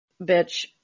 bitch